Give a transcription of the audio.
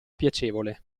piacevole